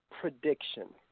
prediction